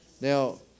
Now